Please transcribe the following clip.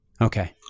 Okay